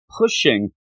pushing